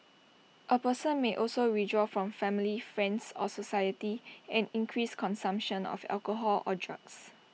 A person may also withdraw from family friends or society and increase consumption of alcohol or drugs